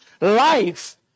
life